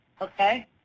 Okay